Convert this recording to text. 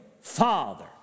father